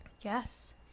Yes